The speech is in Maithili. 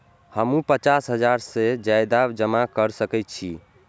हमू पचास हजार से ज्यादा जमा कर सके छी?